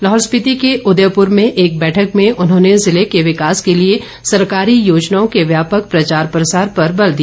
लाहौल स्पिति के उदयपुर में एक बैठक में उन्होंने जिले के विकास के लिए सरकारी योजनाओं के व्यापक प्रचार प्रसार पर बल दिया